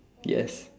yes